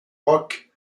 rock